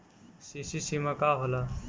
CC सीमा का होला?